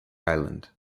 island